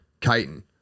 chitin